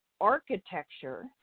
architecture